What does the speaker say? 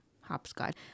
hopscotch